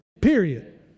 Period